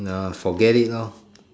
ya forget it lor